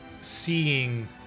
seeing